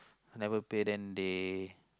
never pay then they